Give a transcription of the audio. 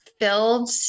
filled